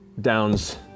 downs